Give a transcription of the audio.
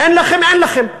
אין לכם, אין לכם.